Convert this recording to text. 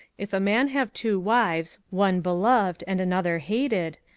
if a man have two wives, one beloved, and another hated,